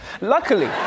Luckily